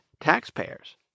taxpayers